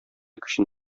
көчен